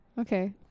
Okay